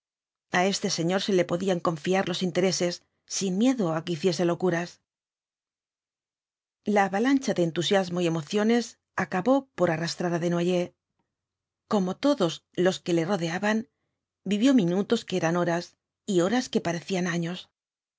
a este señor se le podían confiar los intereses sin miedo á que hiciese locuras la avalancha de entusiasmo y emociones acabó por arrastrar á desnoyers como todos los que le rodeaban v blasco ibáñez vivió minutos que eran horas y horas que parecían años